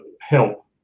help